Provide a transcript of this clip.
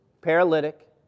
Paralytic